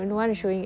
oh